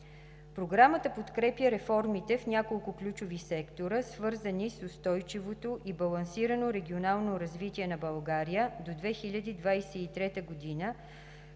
Програмата подкрепя реформите в няколко ключови сектора, свързани с устойчивото и балансирано регионално развитие на България до 2023 г.,